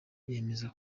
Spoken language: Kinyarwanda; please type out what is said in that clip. yemeza